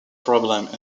problems